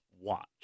watch